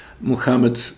Muhammad